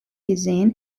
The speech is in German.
gesehen